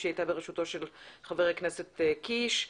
שהייתה בראשותו של חבר הכנסת קיש.